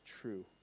true